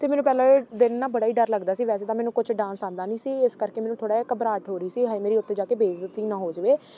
ਅਤੇ ਮੈਨੂੰ ਪਹਿਲਾ ਦਿਨ ਨਾ ਬੜਾ ਹੀ ਡਰ ਲੱਗਦਾ ਸੀ ਵੈਸੇ ਤਾਂ ਮੈਨੂੰ ਕੁਝ ਡਾਂਸ ਆਉਂਦਾ ਨਹੀਂ ਸੀ ਇਸ ਕਰਕੇ ਮੈਨੂੰ ਥੋੜ੍ਹਾ ਜਿਹਾ ਘਬਰਾਹਟ ਹੋ ਰਹੀ ਸੀ ਹਾਏ ਮੇਰੀ ਉੱਥੇ ਜਾ ਕੇ ਬੇਇੱਜ਼ਤੀ ਨਾ ਹੋ ਜਾਵੇ